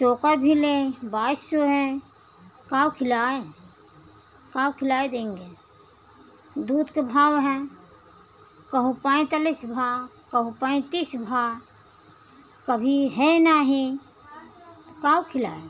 चोकर भी ले बाईस सौ है काओ खिलाए काओ खिलाए देंगे दूध के भाव हैं कहू पैंतलिस भाव कहू पैंतीस भा कभी है नहीं काऊ खिलाए